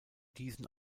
diesen